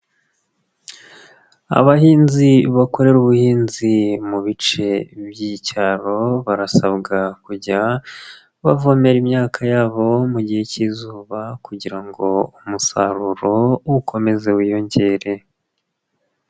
Abahinzi bakorera ubuhinzi mu bice by'icyaro, barasabwa kujya bavomera imyaka yabo mu gihe cy'izuba kugira ngo umusaruro ukomeze wiyongere.